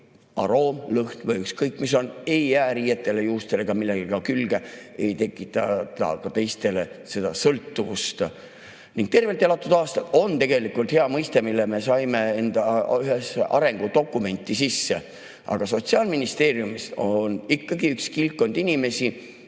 aroom, lõhn või ükskõik mis see on, ei jää riietele, juustele ega millelegi muule külge, ei tekita ka teistele sõltuvust. Ning tervelt elatud aastad on tegelikult hea mõiste, mille me saime ühte arengudokumenti sisse. Aga Sotsiaalministeeriumis on ikkagi üks kildkond inimesi,